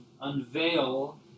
unveil